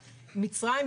מצרים,